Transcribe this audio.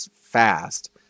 fast